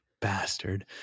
bastard